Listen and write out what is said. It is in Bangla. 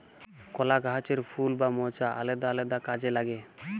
কলা গাহাচের ফুল বা মচা আলেদা আলেদা কাজে লাগে